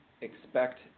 expect